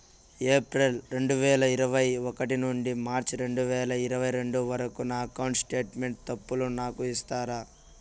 April రెండు వేల ఇరవై ఒకటి నుండి మార్చ్ రెండు వేల ఇరవై రెండు వరకు నా అకౌంట్ స్టేట్మెంట్ తప్పులను నాకు ఇస్తారా?